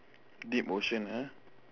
deep ocean ah